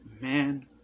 man